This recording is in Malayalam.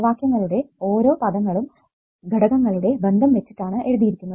സമവാക്യത്തിലുള്ള ഓരോ പദങ്ങളും ഘടകങ്ങളുടെ ബന്ധം വെച്ചിട്ടാണ് എഴുതിയിരിക്കുന്നത്